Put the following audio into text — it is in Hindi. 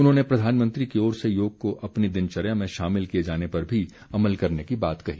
उन्होंने प्रधानमंत्री की ओर से योग को अपनी दिनचर्या में शामिल किए जाने पर भी अमल करने की बात कही